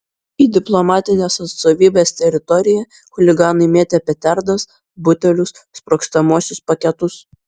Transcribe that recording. į diplomatinės atstovybės teritoriją chuliganai mėtė petardas butelius sprogstamuosius paketus